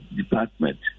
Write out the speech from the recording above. department